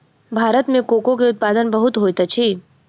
भारत में कोको के उत्पादन बहुत होइत अछि